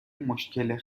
مشکل